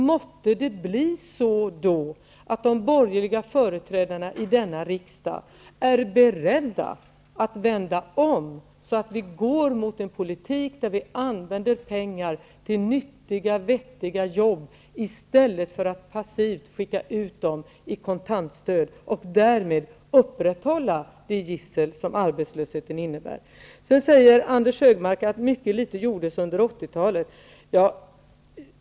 Måtte då de borgerliga företrädarna i denna riksdag vara beredda att vända om, så att vi går mot en politik som innebär att vi använder pengar till nyttiga, vettiga jobb i stället för att passivt skicka ut dem i form av kontantstöd och därmed upprätthåller det gissel som arbetslösheten innebär. Anders G. Högmark säger att mycket litet gjordes under 80-talet.